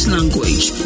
Language